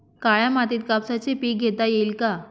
काळ्या मातीत कापसाचे पीक घेता येईल का?